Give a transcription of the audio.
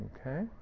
Okay